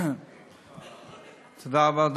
תודה רבה.